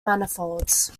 manifolds